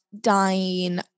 dying